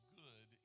good